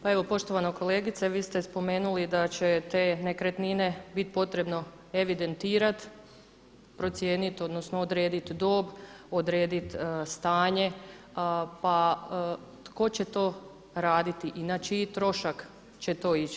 Pa evo poštovana kolegice, vi ste spomenuli da će te nekretnine bit potrebno evidentirati, procijenit odnosno odredit dob, odredit stanje, pa tko će to raditi i na čiji trošak će to ići.